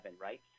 right